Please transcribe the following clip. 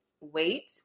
wait